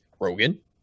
Rogan